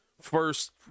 first